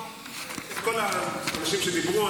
כל האנשים שדיברו,